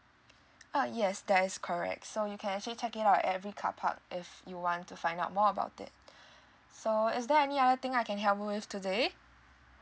ah yes that is correct so you can actually check it out at every carpark if you want to find out more about it so is there any other thing I can help you with today